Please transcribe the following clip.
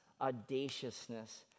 audaciousness